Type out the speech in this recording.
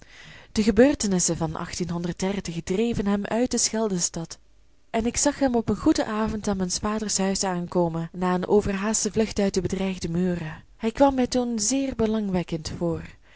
de gebeurtenissen van dreven hem uit de scheldestad en ik zag hem op een goeden avond aan mijns vaders huis aankomen na een overhaaste vlucht uit de bedreigde muren hij kwam mij toen zeer belangwekkend voor